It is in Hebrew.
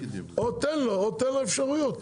או תן לו אפשרויות,